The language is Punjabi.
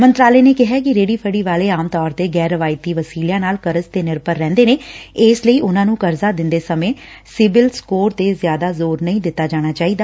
ਮੰਤਰਾਲੇ ਨੇ ਕਿਹੈ ਕਿ ਰੇਹੜੀ ਫੜੀ ਵਾਲੇ ਆਮ ਤੌਰ ਤੇ ਗੈਰ ਰਵਾਇਤੀ ਵਸੀਲਿਆਂ ਨਾਲ ਕਰਜ਼ ਤੇ ਨਿਰਭਰ ਰਹਿਂਦੇ ਨੇ ਇਸ ਲਈ ਉਨੂਾਂ ਨੂੰ ਕਰਜ਼ਾ ਦਿਂਦੇ ਸਮੇਂ ਸਿਬਿਲ ਸਕੋਰ ਤੇ ਜ਼ਿਆਦਾ ਜ਼ੋਰ ਨਹੀ ਦਿੱਤਾ ਜਾਣਾ ਚਾਹੀਦਾ